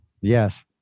Yes